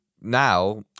now